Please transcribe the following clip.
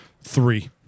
three